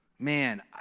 man